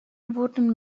wurden